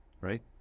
right